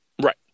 Right